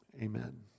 Amen